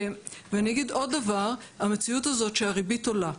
ואני אגיד עוד דבר, המציאות הזאת שהריבית עולה,